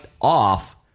off